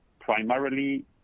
primarily